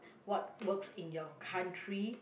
what works in your country